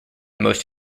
most